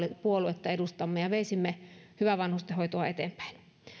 puoluetta edustamme ja veisimme hyvää vanhustenhoitoa eteenpäin